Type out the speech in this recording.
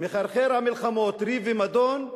מחרחר המלחמות, ריב ומדון,